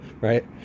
right